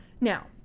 Now